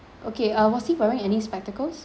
okay uh was he wearing any spectacles